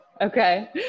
Okay